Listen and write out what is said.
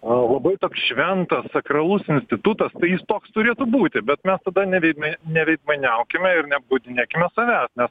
a labai toks šventas sakralus institutas tai jis toks turėtų būti bet mes tada neveidme neveidmainiaukime ir neapgaudinėkime savęs nes